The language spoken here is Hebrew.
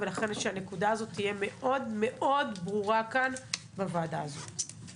אז תחבורה על הסטטוס של 55. אנחנו נעקוב.